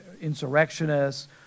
insurrectionists